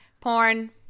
Porn